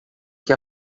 que